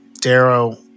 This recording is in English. Darrow